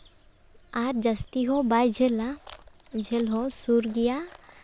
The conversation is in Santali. ᱟᱨ ᱡᱟᱹᱥᱛᱤ ᱦᱚᱸ ᱵᱟᱭ ᱡᱷᱟᱹᱞᱟ ᱡᱷᱟᱹᱞ ᱦᱚᱸ ᱥᱩᱨ ᱜᱮᱭᱟ